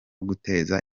guteza